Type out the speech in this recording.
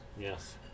Yes